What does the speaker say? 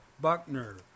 Buckner